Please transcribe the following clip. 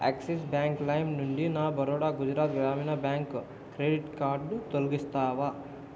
access bank Lime నుండి నా Baroda Gujarat Gramin bank credit card తొలగిస్తావా